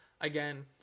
again